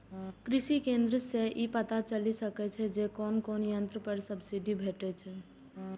कृषि केंद्र सं ई पता चलि सकै छै जे कोन कोन यंत्र पर सब्सिडी भेटै छै